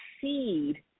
seed